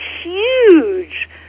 huge